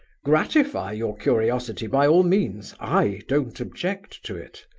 gratify your curiosity by all means i don't object to it